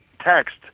text